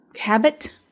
habit